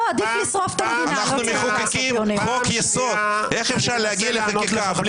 אני מנסה לענות לך,